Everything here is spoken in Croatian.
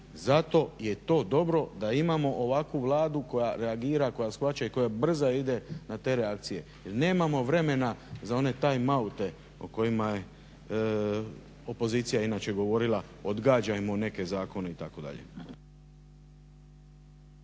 Zato je to dobro da imamo ovakvu Vladu koja reagira, koja shvaća i koja brzo ide na te reakcije. Jer nemamo vremena za one time oute o kojima je opozicija inače govorila, odgađajmo neke zakone itd.